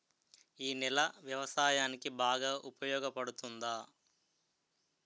ఈ నేల వ్యవసాయానికి బాగా ఉపయోగపడుతుందా?